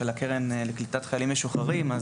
של הקרן לקליטת חיילים משוחררים.